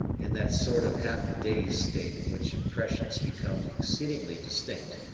in that sort of half-dazed state in which impressions become exceedingly distinct.